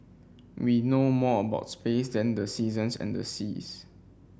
we know more about space than the seasons and the seas